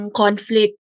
conflict